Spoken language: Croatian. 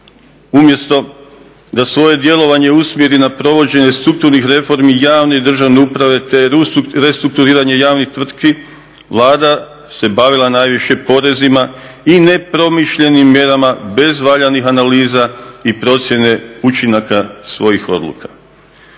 Umjesto da svoje djelovanje usmjeri na provođenje strukturnih reformi javne i državne uprave te restrukturiranje javnih tvrtki Vlada se bavila najviše porezima i nepromišljenim mjerama bez valjanih analiza i procjene učinaka svojih odluka.